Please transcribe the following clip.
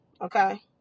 okay